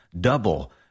Double